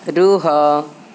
ରୁହ